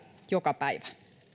joka päivä